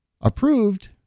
approved